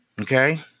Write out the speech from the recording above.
Okay